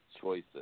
Choices